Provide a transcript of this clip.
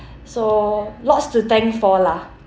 so lots to thank for lah